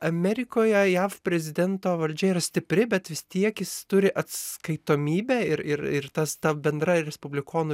amerikoje jav prezidento valdžia yra stipri bet vis tiek jis turi atskaitomybę ir ir ir tas ta bendra respublikonų